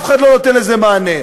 אף אחד לא נותן לזה מענה,